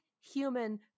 human